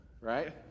right